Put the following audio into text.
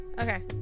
Okay